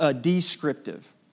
descriptive